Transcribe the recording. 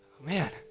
man